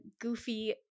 goofy